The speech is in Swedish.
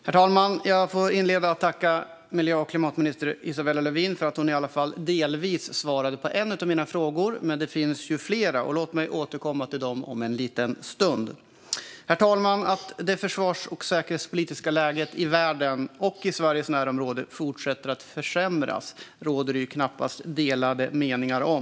Herr talman! Jag får inleda med att tacka miljö och klimatminister Isabella Lövin för att hon i alla fall delvis svarade på en av mina frågor, men det finns ju flera. Låt mig återkomma till dem om en liten stund. Herr talman! Att det försvars och säkerhetspolitiska läget i världen och i Sveriges närområde fortsätter att försämras råder det knappast delade meningar om.